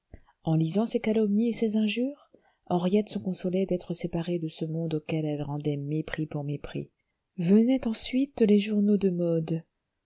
en lisant ces calomnies et ces injures henriette se consolait d'être séparée de ce monde auquel elle rendait mépris pour mépris venaient ensuite les journaux de modes